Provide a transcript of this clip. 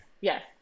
yes